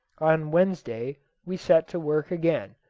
on wednesday we set to work again,